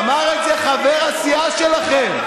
אמר את זה חבר הסיעה שלכם,